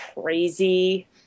crazy